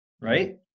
right